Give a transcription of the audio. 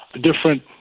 different